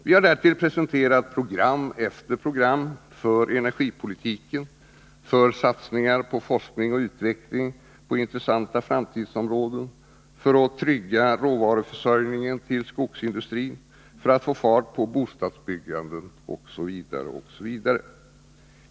Vi har därtill presenterat program efter program för energipolitiken, för satsningar på forskning och utveckling på intressanta framtidsområden, för att trygga råvaruförsörjningen till skogsindustrin, för att få fart på bostadsbyggandet osv.